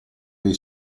dei